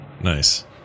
Nice